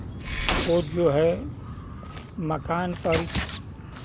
वो जो है मकान पर